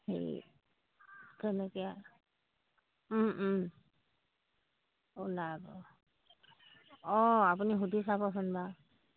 হেৰি তেনেকে ওলাব অঁ আপুনি সুধি চাবচোন বাৰু